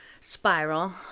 spiral